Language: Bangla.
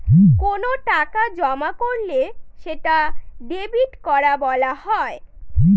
কোনো টাকা জমা করলে সেটা ডেবিট করা বলা হয়